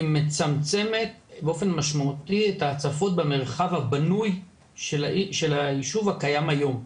מצמצמת באופן משמעותי את ההצפות במרחב הבנוי של היישוב הקיים היום.